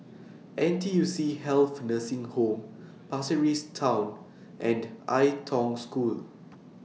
N T U C Health Nursing Home Pasir Ris Town and Ai Tong School